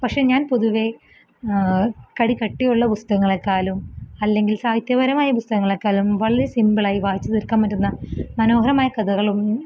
പക്ഷെ ഞാന് പൊതുവേ കടികട്ടിയുള്ള പുസ്തകങ്ങളെക്കാളും അല്ലെങ്കില് സാഹിത്യപരമായ പുസ്തകങ്ങളെക്കാളും വളരെ സിമ്പിളായി വായിച്ചു തീര്ക്കാന് പറ്റുന്ന മനോഹരമായ കഥകളും